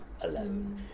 alone